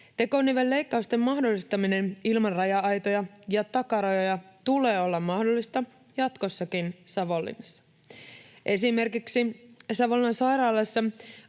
Tekonivelleikkausten mahdollistaminen ilman raja-aitoja ja takarajoja tulee olla mahdollista jatkossakin Savonlinnassa. Esimerkiksi Savonlinnan sairaalassa